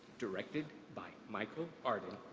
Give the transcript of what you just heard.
directed by michael arden,